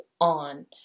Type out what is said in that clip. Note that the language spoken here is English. on